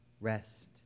rest